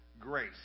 grace